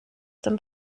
dem